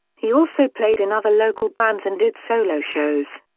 he also played in other local bands and did solo shows.